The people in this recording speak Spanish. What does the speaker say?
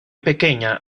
pequeña